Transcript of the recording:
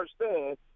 understand